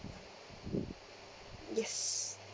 yes